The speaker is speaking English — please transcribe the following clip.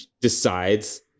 decides